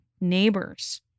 neighbors